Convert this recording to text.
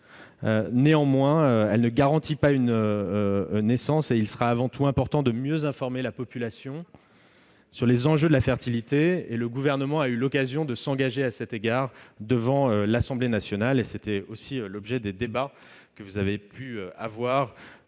Néanmoins, elle ne garantit pas une naissance et il sera avant tout important de mieux informer la population sur les enjeux de la fertilité. Le Gouvernement a eu l'occasion de s'engager à cet égard devant l'Assemblée nationale. Tel était également l'objet des débats que vous avez eus